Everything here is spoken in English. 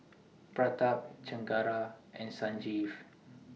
Pratap Chengara and Sanjeev